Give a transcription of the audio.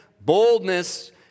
boldness